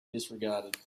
disregarded